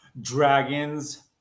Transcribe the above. dragons